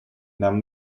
нам